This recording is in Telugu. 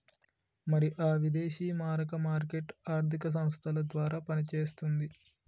మరి ఆ విదేశీ మారక మార్కెట్ ఆర్థిక సంస్థల ద్వారా పనిచేస్తుంది